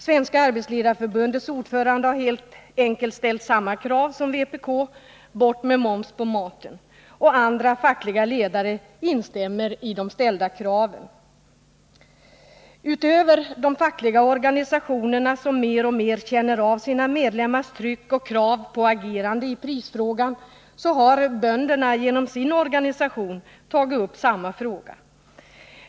Sveriges arbetsledareförbunds ordförande har helt enkelt ställt samma krav som vpk: Bort med moms på maten. Andra fackliga ledare instämmer i de ställda kraven. Utöver de fackliga organisationerna, som mer och mer känner av sina medlemmars tryck och krav på agerande i prisfrågan, har bönderna genom sin organisation tagit upp samma fråga.